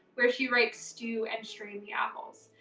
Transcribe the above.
where she writes stew and strain the apples.